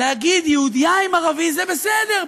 להגיד: יהודייה עם ערבי זה בסדר,